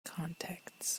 contexts